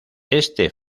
este